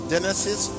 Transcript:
Genesis